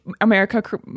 America